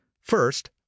First